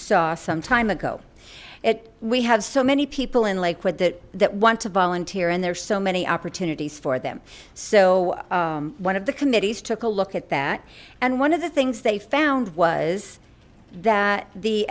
saw some time ago it we have so many people in lake with the that want to volunteer and there's so many opportunities for them so one of the committees took a look at that and one of the things they found was that the